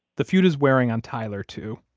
the feud is wearing on tyler, too.